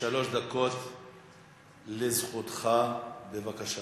שלוש דקות לזכותך, בבקשה.